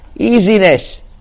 Easiness